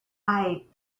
i—i